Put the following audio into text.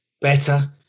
better